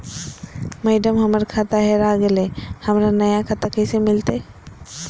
madam, हमर खाता हेरा गेलई, हमरा नया खाता कैसे मिलते